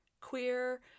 queer